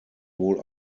wohl